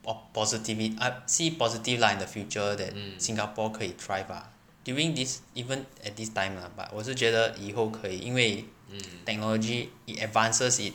orh positivi~ I see positive lah in the future that Singapore 可以 thrive ah during this even at this time lah but 我是觉得以后可以因为 technology it advances it